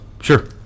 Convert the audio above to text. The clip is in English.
Sure